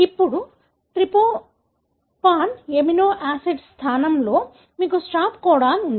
ఇప్పుడు tryptophan amino acid స్థానంలో మీకు స్టాప్ కోడాన్ ఉంది